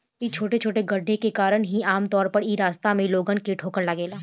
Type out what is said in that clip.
इ छोटे छोटे गड्ढे के कारण ही आमतौर पर इ रास्ता में लोगन के ठोकर लागेला